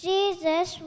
Jesus